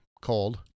cold